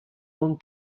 own